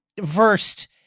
versed